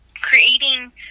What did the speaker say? creating